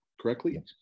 correctly